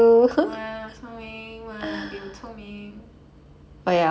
!wah! 聪明 !wah! 比我聪明